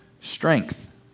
Strength